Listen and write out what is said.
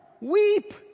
Weep